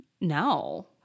no